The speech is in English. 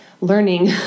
learning